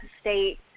state